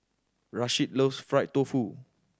Rasheed loves fried tofu